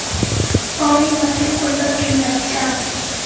पानी मशीन कुंडा किनले अच्छा?